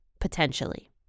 potentially